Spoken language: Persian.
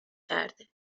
کرده